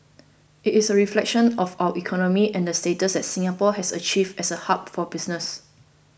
it is a reflection of our economy and the status that Singapore has achieved as a hub for business